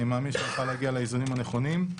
אני מאמין שנוכל להגיע לאיזונים הנכונים.